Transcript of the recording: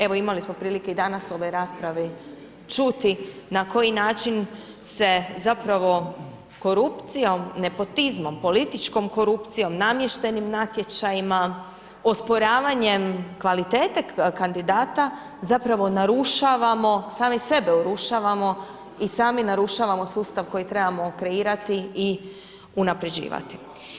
Evo, imali smo prilike i danas u ovoj raspravi čuti na koji način se zapravo korupcijom, nepotizmom, političkom korupcijom, namještenim natječajima, osporavanjem kvalitete kandidata, zapravo narušavamo, sami sebe urušavamo i sami narušavamo sustav koji trebamo kreirati i unapređivati.